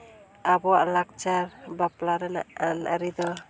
ᱟᱵᱚᱣᱟᱜ ᱞᱟᱠᱪᱟᱨ ᱵᱟᱯᱞᱟ ᱨᱮᱱᱟᱜ ᱟᱹᱱᱼᱟᱹᱨᱤ ᱫᱚ